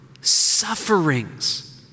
sufferings